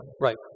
Right